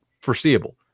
foreseeable